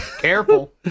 Careful